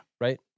Right